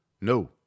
No